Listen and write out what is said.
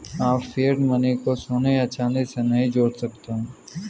आप fiat money को सोने या चांदी से नहीं जोड़ सकते